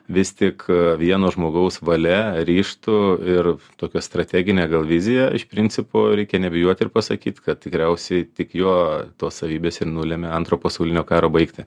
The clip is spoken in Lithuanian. vis tik vieno žmogaus valia ryžtu ir tokia strategine gal vizija iš principo reikia nebijoti ir pasakyt kad tikriausiai tik jo tos savybės ir nulemė antro pasaulinio karo baigtį